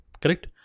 correct